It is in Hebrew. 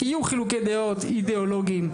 יהיו חילוקי דעות אידאולוגיים,